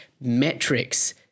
metrics